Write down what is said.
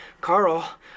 Carl